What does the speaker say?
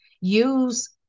use